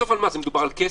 מדובר על כסף?